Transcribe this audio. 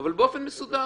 אבל באופן מסודר,